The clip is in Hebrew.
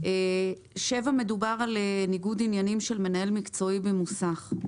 בסעיף 7 מדובר על ניגוד עניינים של מנהל מקצועי במוסך.